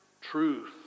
Truth